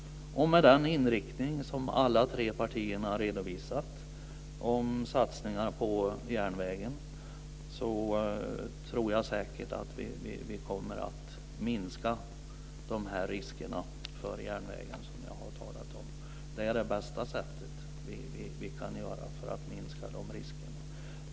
Med den inriktning som alla tre partier redovisat om satsningar på järnvägen tror jag att vi kommer att minska de risker för järnvägen som jag har talat om. Det är det bästa sättet att minska de riskerna.